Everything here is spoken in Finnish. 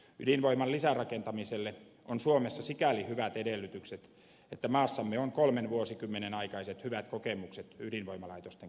ydinvoiman lisärakentamiselle on suomessa sikäli hyvät edellytykset että maassamme on kolmen vuosikymmenen aikaiset hyvät kokemukset ydinvoimalaitosten käytöstä